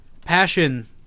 Passion